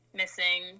missing